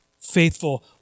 faithful